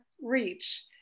reach